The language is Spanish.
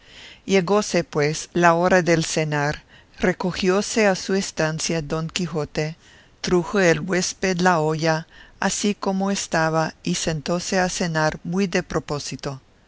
su amo llegóse pues la hora del cenar recogióse a su estancia don quijote trujo el huésped la olla así como estaba y sentóse a cenar muy de propósito